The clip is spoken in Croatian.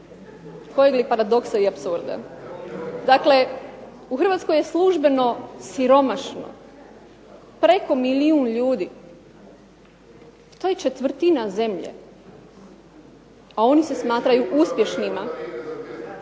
kojeg li paradoksa i apsurda. Dakle u Hrvatskoj je službeno siromašno preko milijun ljudi, to je četvrtina zemlje, a oni se smatraju uspješnima,